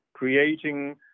creating